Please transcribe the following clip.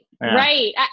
right